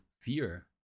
fear